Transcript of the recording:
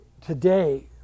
Today